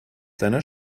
deiner